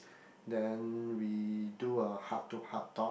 then we do a heart to heart talk